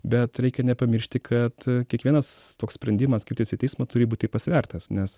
bet reikia nepamiršti kad kiekvienas toks sprendimas kreiptis į teismą turi būti pasvertas nes